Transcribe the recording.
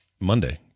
monday